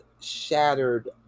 shattered